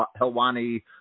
Helwani